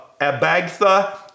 Abagtha